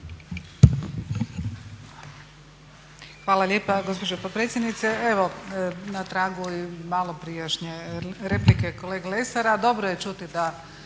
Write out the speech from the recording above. Hvala lijepa gospođo potpredsjednice. Evo na tragu i maloprijašnje replike kolege Lesara dobro je čuti da